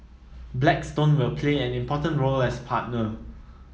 Blackstone will play an important role as partner